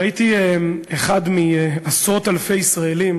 והייתי אחד מעשרות-אלפי ישראלים